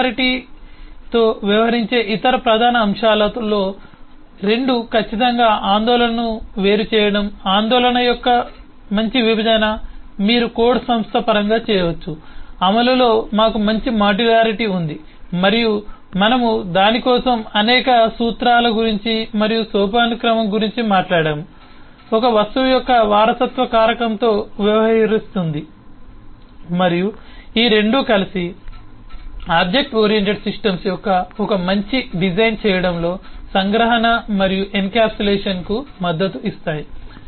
మాడ్యులారిటీతో వ్యవహరించే ఇతర ప్రధాన అంశాలలో రెండు ఖచ్చితంగా ఆందోళనను వేరుచేయడం ఆందోళన యొక్క మంచి విభజన మీరు కోడ్ సంస్థ పరంగా చేయవచ్చు అమలులో మాకు మంచి మాడ్యులారిటీ ఉంది మరియు మనము దాని కోసం అనేక సూత్రాల గురించి మరియు సోపానక్రమం గురించి మాట్లాడాము ఒక వస్తువు యొక్క వారసత్వ కారకంతో వ్యవహరిస్తుంది మరియు ఈ 2 కలిసి ఆబ్జెక్ట్ ఓరియెంటెడ్ సిస్టమ్స్ యొక్క మంచి డిజైన్ చేయడంలో సంగ్రహణ మరియు ఎన్క్యాప్సులేషన్కు మద్దతు ఇస్తాయి